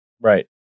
Right